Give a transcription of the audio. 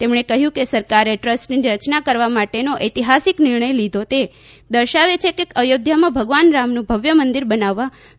તેમણે કહ્યું કે સરકારે ટ્રસ્ટની રચના કરવા માટેનો ઐતિહાસિક નિર્ણય લીધો તે દર્શાવે છે કે અયોધ્યામાં ભગવાન રામનું ભવ્ય મંદિર બનાવવા સરકાર કટિબદ્ધ છે